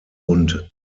und